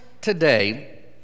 today